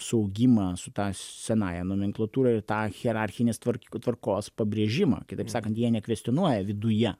suaugimą su ta senąja nomenklatūra ir tą hierarchinės tvark tvarkos pabrėžimą kitaip sakant jie nekvestionuoja viduje